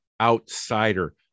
outsider